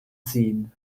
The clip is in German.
ziehen